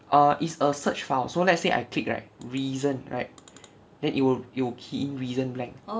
err is a search file so let's say I click right reason right then you will you will key reason blank